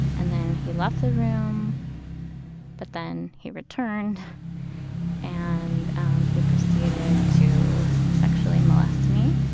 and then he left the room but then he returned and he proceeded to sexually molest me.